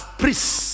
priests